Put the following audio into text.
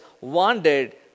wanted